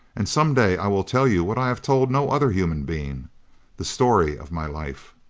and some day i will tell you what i have told no other human being the story of my life.